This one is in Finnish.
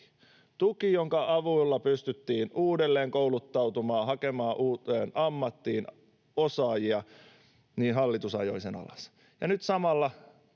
tuki, jonka avulla pystyttiin uudelleenkouluttautumaan, hakemaan uuteen ammattiin osaajia. Hallitus ajoi sen alas. Ja nyt samalla